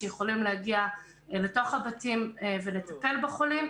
שיכולים להגיע לתוך הבתים ולטפל בחולים.